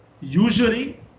usually